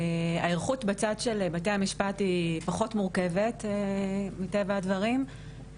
ההיערכות בצד של בתי המשפט היא פחות מורכבת מטבע הדברים.